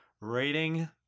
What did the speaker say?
rating